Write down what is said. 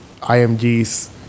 IMGs